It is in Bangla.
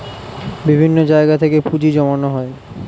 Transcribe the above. বিভিন্ন জায়গা থেকে পুঁজি জমানো হয়